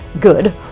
good